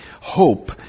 hope